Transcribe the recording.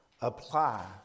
Apply